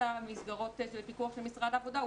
מסגרות בפיקוח של משרד העבודה,